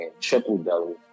triple-double